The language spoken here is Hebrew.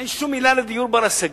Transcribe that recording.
אין שום מלה על דיור בר-השגה.